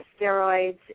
steroids